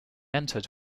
entered